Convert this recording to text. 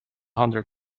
hundred